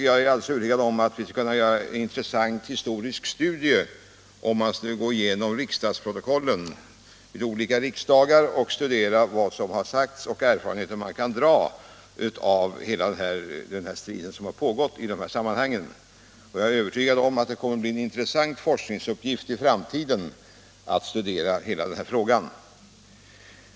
Jag är övertygad om att vi skulle kunna göra en intressant historisk studie, om vi skulle gå igenom riksdagsprotokollen vid olika riksdagar och studera vad som där sagts och se vilka erfarenheter som kan dras av den strid som pågått i de här sammanhangen, och jag är övertygad om att det kommer att bli en intressant forskningsuppgift i framtiden att studera hela denna fråga.